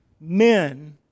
men